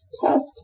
test